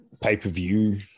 pay-per-view